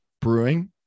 Brewing